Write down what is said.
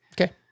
Okay